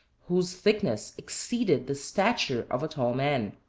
whose thickness exceeded the stature of a tall man.